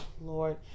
Lord